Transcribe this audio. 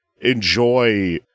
enjoy